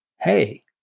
hey